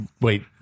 wait